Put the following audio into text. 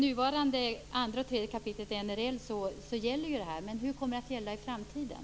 Nuvarande 2 och 3 kap. naturresurslagen gäller detta. Men hur kommer det att vara i framtiden?